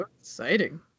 exciting